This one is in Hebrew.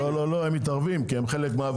לא, הם מתערבים כי הם חלק מההפגנות.